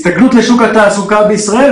הסתגלות לשוק התעסוקה בישראל,